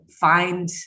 find